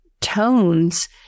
tones